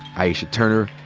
aisha turner,